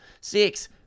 Six